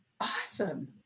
Awesome